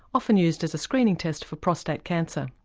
often used as a screening test for prostate cancer.